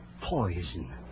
Poison